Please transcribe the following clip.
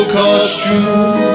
costume